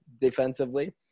defensively